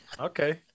Okay